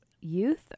youth